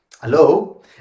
Hello